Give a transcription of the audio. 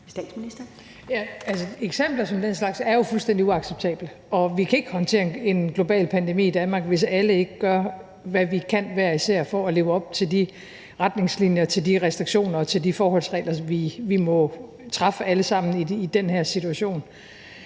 Frederiksen): Ja, eksempler som den slags er jo fuldstændig uacceptable. Vi kan ikke håndtere en global pandemi i Danmark, hvis alle ikke gør, hvad vi hver især kan, for at leve op til de retningslinjer, til de restriktioner og til de forholdsregler, som gælder for os alle sammen i den her situation.